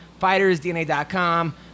fightersdna.com